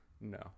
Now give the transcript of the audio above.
No